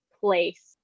place